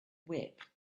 whip